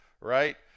right